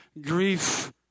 grief